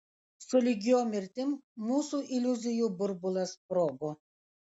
sulig jo mirtim mūsų iliuzijų burbulas sprogo